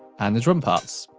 and the drum parts.